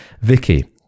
Vicky